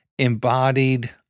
Embodied